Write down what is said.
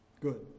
Good